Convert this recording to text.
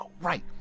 Right